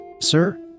Sir